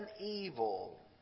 evil